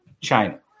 China